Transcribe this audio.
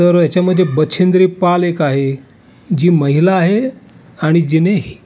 तर ह्याच्यामध्ये बचेंद्री पाल एक आहे जी महिला आहे आणि जिने